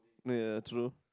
ya true